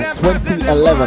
2011